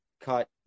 cut